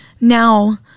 Now